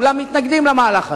כולם מתנגדים למהלך הזה.